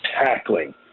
tackling